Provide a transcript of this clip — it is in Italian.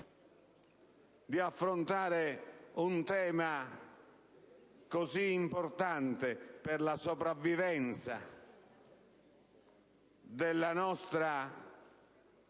di affrontare un tema così importante per la sopravvivenza della nostra